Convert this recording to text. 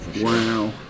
Wow